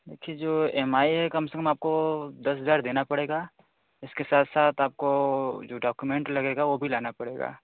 देखिए जो E M I है कम से कम आपको दस हज़ार देना पड़ेगा इसके साथ साथ आपको जो डॉक्यूमेंट लगेगा वह भी लाना पड़ेगा